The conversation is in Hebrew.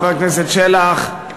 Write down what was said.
חבר הכנסת שלח,